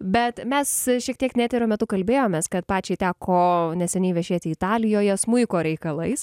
bet mes šiek tiek ne eterio metu kalbėjomės kad pačiai teko neseniai viešėti italijoje smuiko reikalais